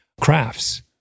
crafts